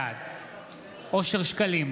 בעד אושר שקלים,